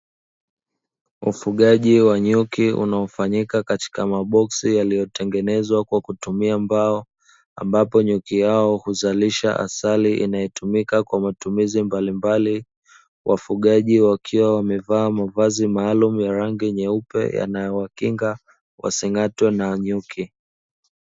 Ufugaji wa nyuki unaofanyika katika maboksi yaliyotengenezwa kwa kutumia mbao ambapo nyuki hao huzalisha asali ambayo hutumika kwa matumizi mbalimbali, wafugaji wakiwa wamevaa mavazi maalumu ya rangi nyeupe yanayowakinga wasing’atwe na nyuki.